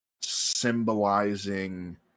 symbolizing